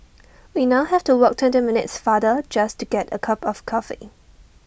we now have to walk twenty minutes farther just to get A cup of coffee